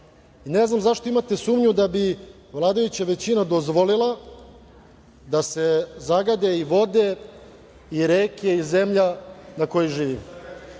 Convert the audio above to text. i ne znam zašto imate sumnju da bi vladajuća većina dozvolila da se zagade i vode i reke i zemlja na kojoj živimo.